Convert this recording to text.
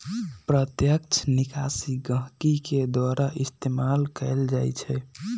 प्रत्यक्ष निकासी गहकी के द्वारा इस्तेमाल कएल जाई छई